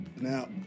Now